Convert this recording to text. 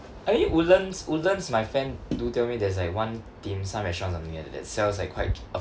eh woodlands woodlands my friend do tell me there's like one dim sum restaurant or something like that that sells like quite a